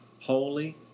holy